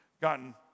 gotten